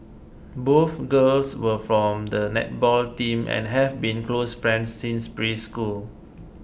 both girls were from the netball team and have been close friends since preschool